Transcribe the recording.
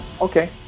Okay